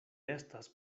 estas